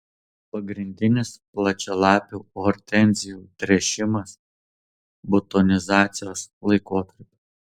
pagrindinis plačialapių hortenzijų tręšimas butonizacijos laikotarpiu